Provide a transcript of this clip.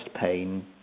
pain